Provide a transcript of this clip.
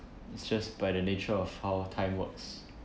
it's just by the nature of how time works